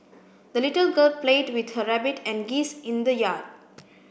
the little girl played with her rabbit and geese in the yard